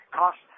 cost